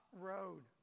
road